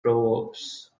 proverbs